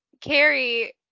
Carrie